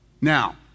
Now